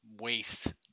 waste